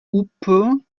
houppeux